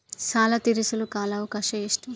ಸಾಲ ತೇರಿಸಲು ಕಾಲ ಅವಕಾಶ ಎಷ್ಟು?